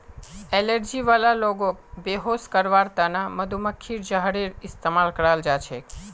allergy वाला लोगक बेहोश करवार त न मधुमक्खीर जहरेर इस्तमाल कराल जा छेक